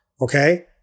Okay